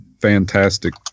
fantastic